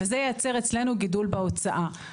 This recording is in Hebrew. וזה ייצר אצלנו גידול בהוצאה.